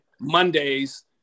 mondays